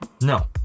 No